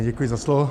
Děkuji za slovo.